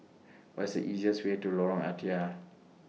What IS The easiest Way to Lorong Ah Thia